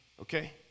okay